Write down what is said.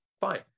Fine